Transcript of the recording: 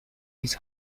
his